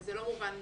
זה לא מובן מאליו,